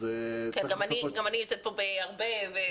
גם אני יוצאת פה בהרבה.